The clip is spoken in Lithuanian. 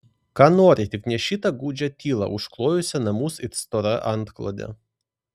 ką nori tik ne šitą gūdžią tylą užklojusią namus it stora antklode